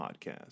podcast